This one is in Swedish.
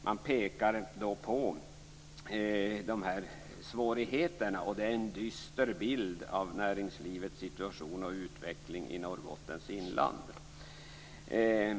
Man pekar på svårigheterna. Det är en dyster bild av näringslivets situation och utveckling i Norrbottens inland.